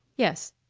yes.